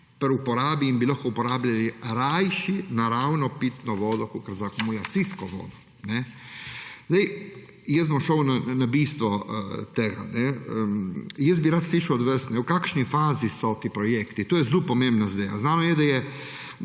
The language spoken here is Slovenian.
in bi lahko uporabljali rajši naravno pitno vodo, kakor akumulacijsko vodo. Bom šel na bistvo tega. Rad bi slišal od vas: V kakšni fazi so ti projekti? To je zelo pomembna zadeva. Znano je, da je